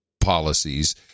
policies